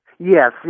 Yes